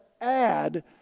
add